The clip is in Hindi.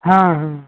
हाँ हाँ हाँ